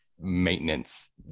maintenance